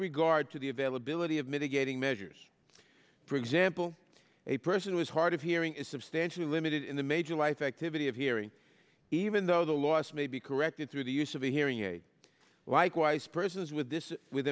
regard to the availability of mitigating measures for example a person was hard of hearing is substantially limited in the major life activity of hearing even though the loss may be corrected through the use of a hearing aid likewise persons with this with